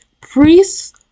Priests